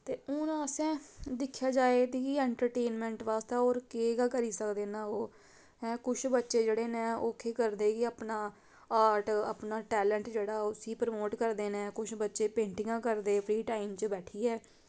ते हून असें दिक्खेआ जाए ते कि एन्टरटेंन आस्तै होर केह् गै करी सकदे न ओह् हैं कुछ बच्चे जेह्ड़े न ओह् केह् करदे कि अपना आर्ट अपना टैलेंट जेह्ड़ा उसी प्रमोट करदे न कुछ बच्चे पेंटिगां करदे फ्री टैम च बैठीयै